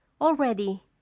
Already